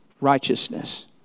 righteousness